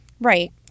Right